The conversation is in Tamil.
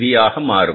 வி ஆக மாறும்